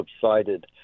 subsided